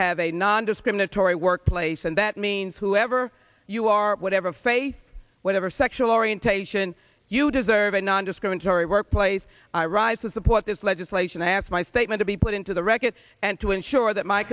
have a nondiscriminatory workplace and that means whoever you are whatever faith whatever sexual orientation you deserve a nondiscriminatory workplace rises support this legislation i ask my statement to be put into the record and to ensure that my